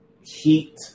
heat